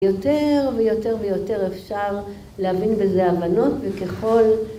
יותר ויותר ויותר אפשר להבין בזה הבנות, וככל